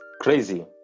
crazy